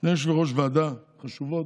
שני יושבי-ראש ועדות חשובות: